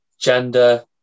gender